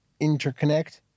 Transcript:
interconnect